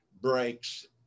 breaks